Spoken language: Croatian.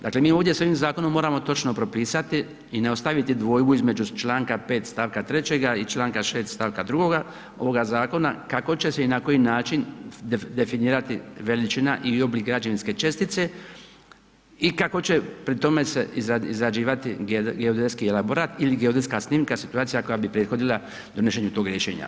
Dakle, mi ovdje s ovim zakonom moramo točno propisati i ostaviti dvojbu između Članka 5. stavka 3. i Članka 6. stavka 2. ovoga zakona kako će se i na koji način definirati veličina i oblik građevinske čestice i kako će pri tome izrađivati se geodetski elaborat ili geodetska snimka, situacija koja bi prethodila donošenju tog rješenja.